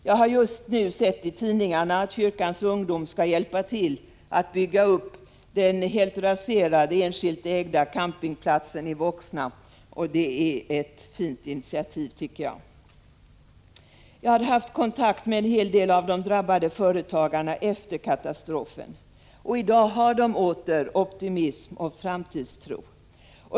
Jag har just sett i tidningarna att Kyrkans ungdom skall hjälpa till att bygga upp den helt raserade, enskilt ägda campingplatsen i Voxna. Det är ett fint initiativ. Jag har efter katastrofen haft kontakt med en hel del av de drabbade företagarna. I dag är de åter optimistiska och har framtidstro.